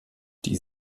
die